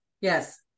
yes